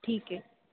ठीक आहे